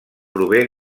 prové